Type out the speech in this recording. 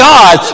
God